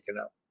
up